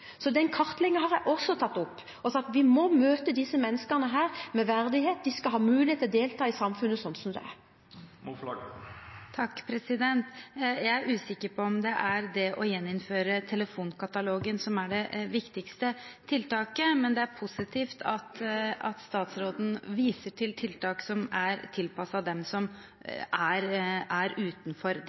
sagt at vi må møte disse menneskene med verdighet. De skal ha mulighet til å delta i samfunnet slik det er. Jeg er usikker på om det er det å gjeninnføre telefonkatalogen som er det viktigste tiltaket. Men det er positivt at statsråden viser til tiltak som er tilpasset dem som er utenfor det